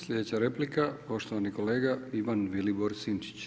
Slijedeća replika, poštovani kolega Ivan Vilibor Sinčić.